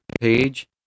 page